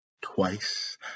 twice